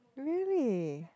really